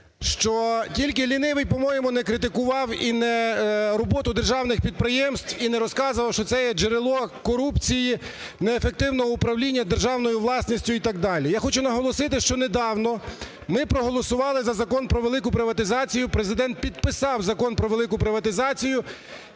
Що тільки лінивий, по-моєму, не критикував роботу державних підприємств і не розказував, що це є джерело корупції, неефективного управління державною власністю і так далі. Я хочу наголосити, що недавно ми проголосували за Закон про велику приватизацію, Президент підписав Закон про велику приватизацію